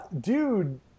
dude